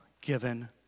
given